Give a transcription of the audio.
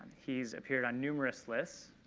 he's appeared on numerous lists,